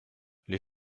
les